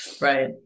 right